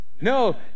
No